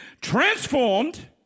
transformed